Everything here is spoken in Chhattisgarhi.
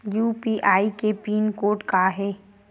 यू.पी.आई के पिन कोड का हे?